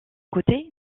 côté